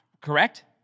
Correct